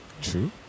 True